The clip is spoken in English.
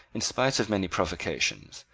in spite of many provocations,